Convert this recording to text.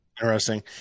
Interesting